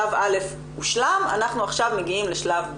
שלב א' הושלם אנחנו עכשיו מגיעים לשלב ב'